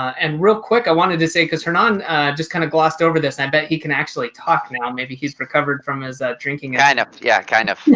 and real quick, i wanted to say because hernan just kind of glossed over this i bet he can actually talk now maybe he's recovered from his drinking. i know. yeah, kind of.